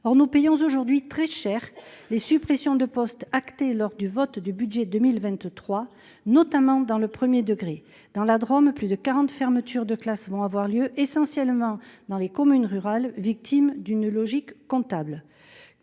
Or, nous payons aujourd'hui très chère. Les suppressions de postes acté lors du vote du budget 2023 notamment dans le 1er degré dans la Drôme. Plus de 40 fermetures de classe vont avoir lieu essentiellement dans les communes rurales. Victime d'une logique comptable.